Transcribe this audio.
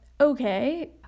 okay